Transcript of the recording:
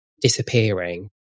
disappearing